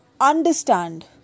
understand